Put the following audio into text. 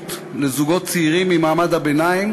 הזדמנות לזוגות צעירים ממעמד הביניים